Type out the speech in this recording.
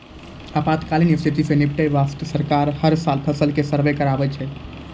आपातकालीन स्थिति सॅ निपटै वास्तॅ सरकार हर साल फसल के सर्वें कराबै छै